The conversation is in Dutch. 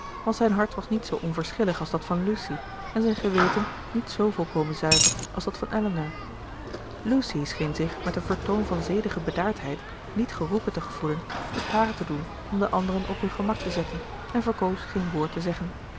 want zijn hart was niet zoo onverschillig als dat van lucy en zijn geweten niet zoo volkomen zuiver als dat van elinor lucy scheen zich met een vertoon van zedige bedaardheid niet geroepen te gevoelen het hare te doen om de anderen op hun gemak te zetten en verkoos geen woord te zeggen